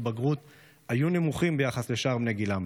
בגרות בקרבם היו נמוכים ביחס לשאר בני גילם.